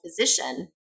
physician